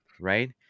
right